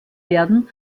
werden